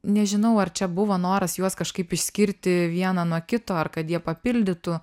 nežinau ar čia buvo noras juos kažkaip išskirti vieną nuo kito ar kad jie papildytų